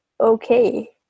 okay